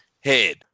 head